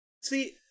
see